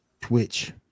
Twitch